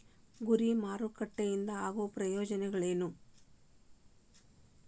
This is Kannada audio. ಗುರಿ ಮಾರಕಟ್ಟೆ ಇಂದ ಆಗೋ ಪ್ರಯೋಜನಗಳೇನ